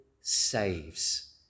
saves